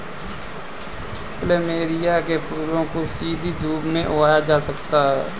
plumeria के फूलों को सीधी धूप में उगाया जा सकता है